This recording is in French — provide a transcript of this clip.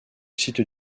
site